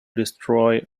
destroy